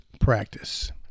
practice